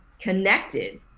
connected